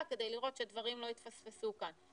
כדי לראות שדברים לא התפספסו כאן.